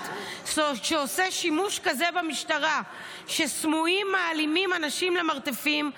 שעושה שימוש כזה במשטרה שסמויים מעלימים אנשים למרתפים,